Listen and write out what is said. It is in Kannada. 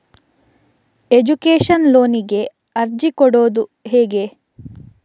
ಎಜುಕೇಶನ್ ಲೋನಿಗೆ ಅರ್ಜಿ ಕೊಡೂದು ಹೇಗೆ?